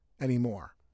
anymore